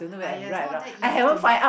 !aiya! it's not easy to get